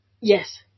Yes